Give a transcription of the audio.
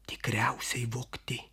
tikriausiai vogti